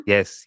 Yes